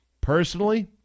Personally